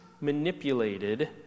manipulated